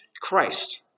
Christ